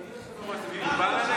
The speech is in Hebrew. אדוני היושב-ראש,